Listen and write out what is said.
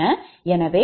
எனவே 𝑗 0